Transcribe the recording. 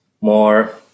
more